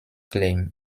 claim